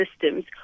systems